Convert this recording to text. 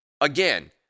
Again